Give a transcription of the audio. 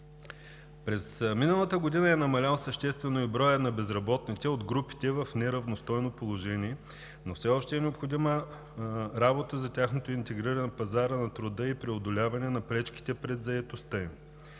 През миналата година е намалял съществено и броят на безработните от групите в неравностойно положение, но все още е необходима работа за тяхното интегриране на пазара на труда и преодоляване на пречките при заетостта